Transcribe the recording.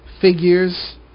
figures